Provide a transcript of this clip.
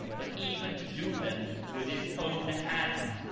but even to do them with his own hand.